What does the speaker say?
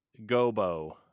gobo